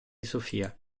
sofia